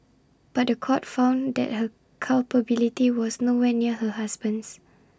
but The Court found that her culpability was nowhere near her husband's